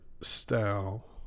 style